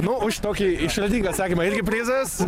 nu už tokį išradinga atsakymą irgi prizas